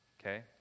okay